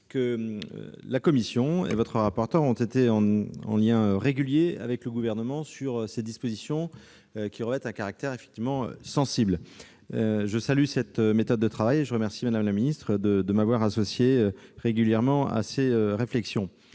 la commission et son rapporteur ont été en lien régulier avec le Gouvernement sur ces dispositions qui revêtent un caractère sensible. Je salue cette méthode de travail, et je remercie Mme la ministre de m'avoir associé régulièrement à ses réflexions.